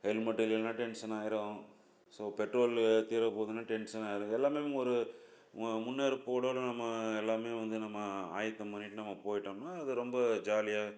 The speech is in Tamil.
ஹெல்மெட்டு இல்லைன்னா டென்சன் ஆயிடும் ஸோ பெட்ரோலு தீரப்போகுதுன்னா டென்சன் ஆயிடும் இதெல்லாமே ஒரு மு முன்னேற்போட நம்ம எல்லாமே வந்து நம்ம ஆயத்தம் பண்ணிட்டு நம்ம போயிட்டோம்னால் அது ரொம்ப ஜாலியாக